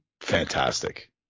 fantastic